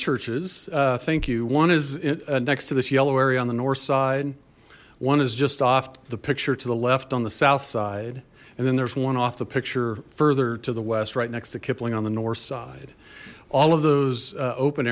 churches thank you one is next to this yellow area on the north side one is just off the picture to the left on the south side and then there's one off the picture further to the west right next to kipling on the north side all of those open